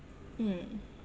mm